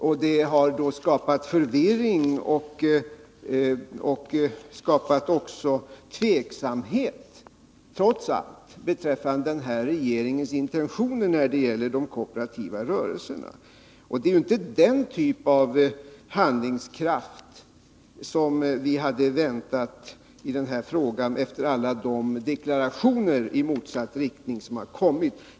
Det har trots allt skapat förvirring och tveksamhet beträffande den här regeringens intentioner när det gäller de kooperativa rörelserna. Det är inte den typen av handlingskraft som vi hade väntat i den här frågan efterjalla de deklarationer i motsatt riktning som har kommit.